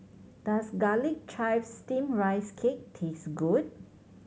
does Garlic Chives Steamed Rice Cake taste good